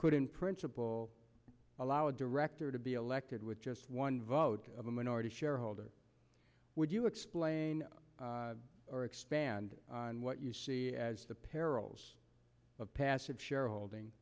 could in principle allow a director to be elected with just one vote a minority shareholder would you explain or expand on what you see as the perils of passive shareholding